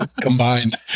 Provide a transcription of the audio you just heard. Combined